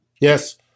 yes